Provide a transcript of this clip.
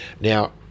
Now